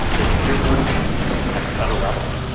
is there's no defined list at the federal level.